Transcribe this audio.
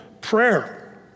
prayer